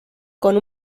con